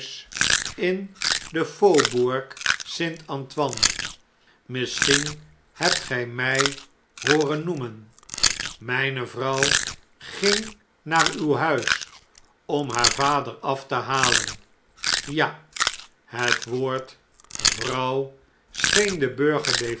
in den faubourgst antoine misschien hebt ge mij hooren noemen mgne vrouw ging naar uw huis om haar vader af te halen ja het woord